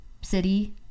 city